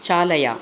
चालय